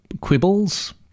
quibbles